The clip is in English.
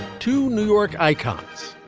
two new york icons.